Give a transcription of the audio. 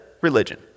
religion